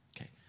Okay